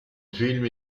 film